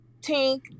tink